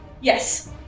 Yes